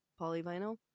Polyvinyl